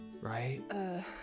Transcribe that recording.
right